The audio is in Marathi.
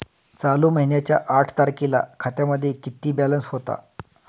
चालू महिन्याच्या आठ तारखेला खात्यामध्ये किती बॅलन्स होता?